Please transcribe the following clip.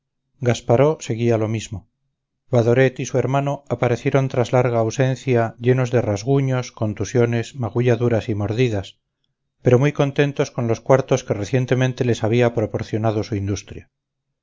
gasparó seguía lo mismo badoret y su hermano aparecieron tras larga ausencia llenos de rasguños contusiones magulladuras y mordidas pero muy contentos con los cuartos que recientemente les había proporcionado su industria